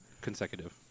consecutive